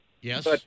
Yes